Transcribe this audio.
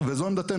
וזו עמדתנו,